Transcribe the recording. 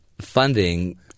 funding